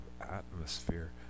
atmosphere